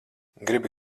gribi